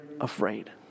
afraid